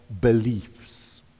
beliefs